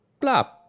blop